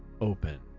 open